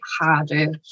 harder